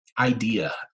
idea